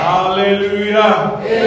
Hallelujah